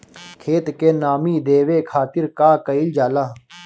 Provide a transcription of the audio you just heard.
खेत के नामी देवे खातिर का कइल जाला?